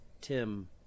tim